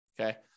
Okay